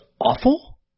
awful